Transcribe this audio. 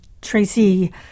Tracy